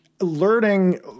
learning